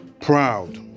proud